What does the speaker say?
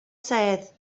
sedd